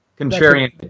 Contrarian